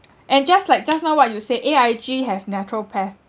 and just like just now what you say A_I_G have naturopath